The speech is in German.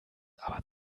aber